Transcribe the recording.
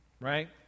right